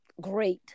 great